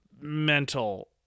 mental